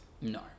No